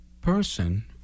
person